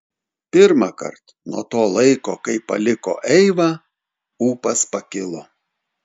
pirmąkart nuo to laiko kai paliko eivą ūpas pakilo